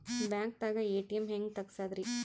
ಬ್ಯಾಂಕ್ದಾಗ ಎ.ಟಿ.ಎಂ ಹೆಂಗ್ ತಗಸದ್ರಿ?